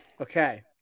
Okay